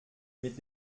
mit